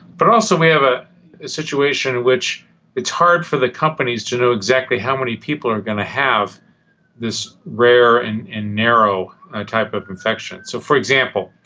but also we have a situation in which it's hard for the companies to know exactly how many people are going to have this rare and narrow type of infection. so, for example,